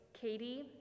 Katie